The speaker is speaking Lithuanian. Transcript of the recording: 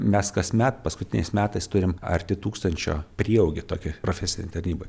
mes kasmet paskutiniais metais turim arti tūkstančio prieaugį tokį profesinėj tarnyboj